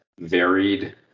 varied